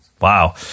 Wow